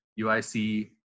UIC